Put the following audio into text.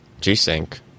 G-Sync